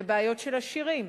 אלה בעיות של עשירים,